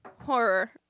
horror